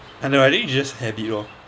and no I think it's just habit lor